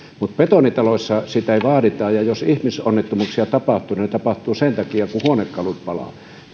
mutta betonitaloissa sitä ei vaadita jos ihmisonnettomuuksia tapahtuu ne tapahtuvat sen takia kun huonekalut palavat